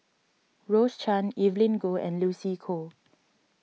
Rose Chan Evelyn Goh and Lucy Koh